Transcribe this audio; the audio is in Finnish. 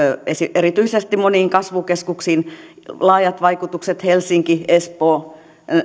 erityisesti moniin kasvukeskuksiin laajat vaikutukset helsinkiin espooseen